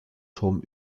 turm